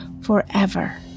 forever